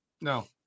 No